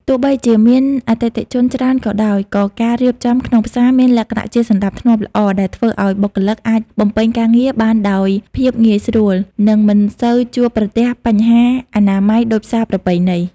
ទោះបីជាមានអតិថិជនច្រើនក៏ដោយ ក៏ការរៀបចំក្នុងផ្សារមានលក្ខណៈជាសណ្តាប់ធ្នាប់ល្អ ដែលធ្វើឱ្យបុគ្គលិកអាចបំពេញការងារបានដោយភាពងាយស្រួល និងមិនសូវជួបប្រទះបញ្ហាអនាម័យដូចផ្សារប្រពៃណី។